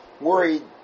worried